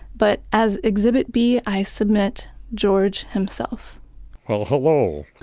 but as exhibit b, i submit george himself well, hello,